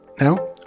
Now